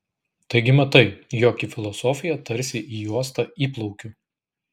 taigi matai jog į filosofiją tarsi į uostą įplaukiu